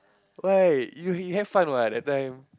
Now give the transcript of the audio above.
why you had fun what that time